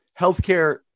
Healthcare